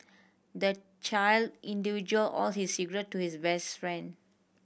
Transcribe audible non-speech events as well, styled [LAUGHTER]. the child [UNINTELLIGIBLE] all his secret to his best friend